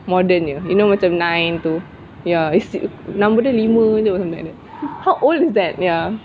modern punya you know macam nine tu ya number dia lima or something like that how old is that ya